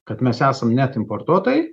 kad mes esam net importuotojai